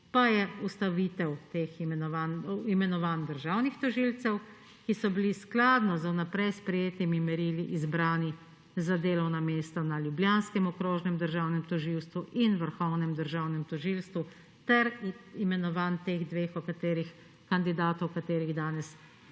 pa je ustavitev teh imenovanj državnih tožilcev, ki so bili skladno z vnaprej sprejetimi merili izbrani za delovna mesta na ljubljanskem okrožnem državnem tožilstvu in Vrhovnem državnem tožilstvu, ter imenovanj teh dveh kandidatov, o katerih danes